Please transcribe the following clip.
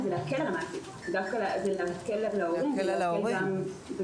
היא להקל על ההורים -- על ההורים זה